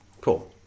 Cool